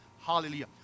Hallelujah